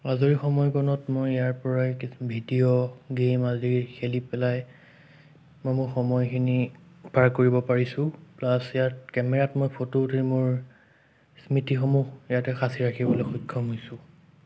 আজৰি সময়কণত মই ইয়াৰ পৰাই ভিডিঅ' গেম আদি খেলি পেলাই মই মোৰ সময়খিনি পাৰ কৰিব পাৰিছোঁ প্লাছ ইয়াত কেমেৰাত মই ফটো উঠি মোৰ স্মৃতিসমূহ ইয়াতে সাঁচি ৰাখিবলৈ সক্ষম হৈছোঁ